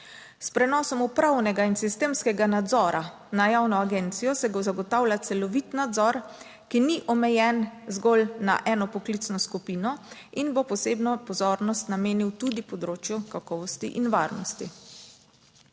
S prenosom upravnega in sistemskega nadzora na javno agencijo se zagotavlja celovit nadzor, ki ni omejen zgolj na eno poklicno skupino in bo posebno pozornost namenil tudi področju kakovosti in varnosti.